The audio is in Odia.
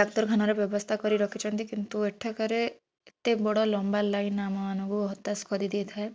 ଡାକ୍ତରଖାନାର ବ୍ୟବସ୍ଥା କରି ରଖିଛନ୍ତି କିନ୍ତୁ ଏଠାକାରେ ଏତେ ବଡ଼ ଲମ୍ବା ଲାଇନ୍ ଆମମାନଙ୍କୁ ହତାଶ କରିଦେଇଥାଏ